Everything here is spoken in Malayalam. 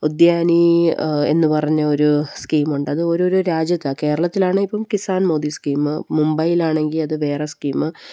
ഉദ്യാനി എന്നുപറഞ്ഞ ഒരു സ്കീമുണ്ട് അത് ഓരോരോ രാജ്യത്ത് കേരളത്തിലാണെങ്കില് ഇപ്പം കിസാൻ മോദി സ്കീം മുംബൈയിലാണെങ്കില് അത് വേറെ സ്കീം